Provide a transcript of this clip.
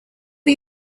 for